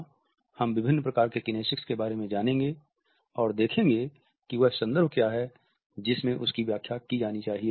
यहाँ हम विभिन्न प्रकार के किनेसिक्स के बारे में जानेंगे और देखेंगे कि वह संदर्भ क्या हैं जिनमें उनकी व्याख्या की जानी है